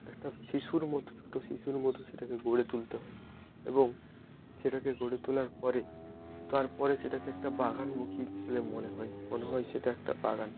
একটা শিশুর মতো ছোট শিশুর মতো সেটাকে গড়ে তুলতে হয় এবং সেটাকে গড়ে তোলার পরে তারপরে সেটাকে একটা বাগানমুখী বলে মনে হয় মনে হয় সেটা একটা বাগান